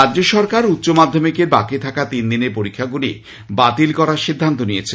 রাজ্য সরকার উষ্চমাধ্যমিকের বাকি থাকা তিনদিনের পরীক্ষাগুলি বাতিল করার সিদ্ধান্ত নিয়েছে